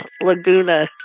Laguna